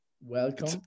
Welcome